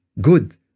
good